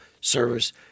service